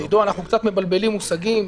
עידו, אנחנו מבלבלים מושגים.